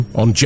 on